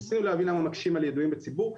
ניסינו להבין למה מקשים על ידועים בציבור,